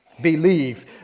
Believe